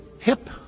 hip